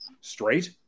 straight